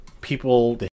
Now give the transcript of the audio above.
people